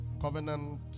Covenant